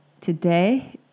today